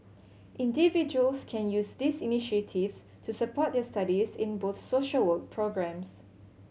individuals can use these initiatives to support their studies in both social work programmes